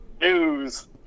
news